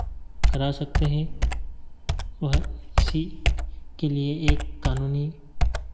करा सकते हैं वह इसी के लिए एक कानूनी